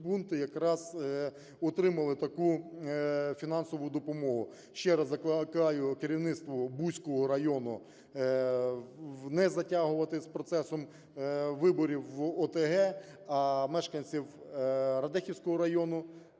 пункти якраз отримали таку фінансову допомогу. Ще раз закликаю керівництвоБуського району не затягувати з процесом виборів в ОТГ. А мешканців Радехівського району